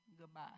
goodbye